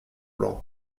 blanc